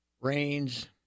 rains